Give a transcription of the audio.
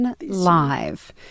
live